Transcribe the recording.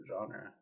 genre